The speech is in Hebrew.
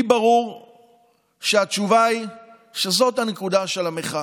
לי ברור שהתשובה היא שזאת הנקודה של המחאה,